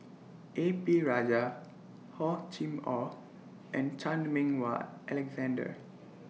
A P Rajah Hor Chim Or and Chan Meng Wah Alexander